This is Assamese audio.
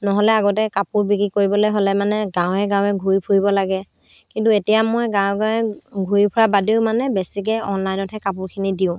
নহ'লে আগতে কাপোৰ বিক্ৰী কৰিবলৈ হ'লে মানে গাঁৱে গাঁৱে ঘূৰি ফুৰিব লাগে কিন্তু এতিয়া মই গাঁৱে গাঁৱে ঘূৰি ফুৰা বাদেও মানে বেছিকৈ অনলাইনতহে কাপোৰখিনি দিওঁ